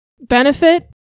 benefit